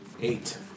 Eight